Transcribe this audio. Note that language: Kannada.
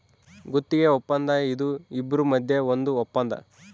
ಗುತ್ತಿಗೆ ವಪ್ಪಂದ ಇದು ಇಬ್ರು ಮದ್ಯ ಒಂದ್ ವಪ್ಪಂದ